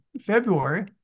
February